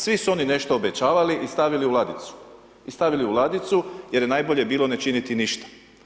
Svi su oni nešto obećavali i stavili u ladicu i stavili u ladicu, jer je najbolje ne činiti ništa.